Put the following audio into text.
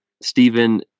Stephen